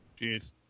Jeez